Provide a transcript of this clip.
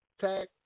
Tag